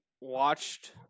watched